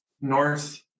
north